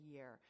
Year